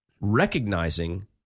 recognizing